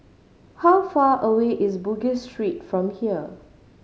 how far away is Bugis Street from here